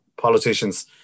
politicians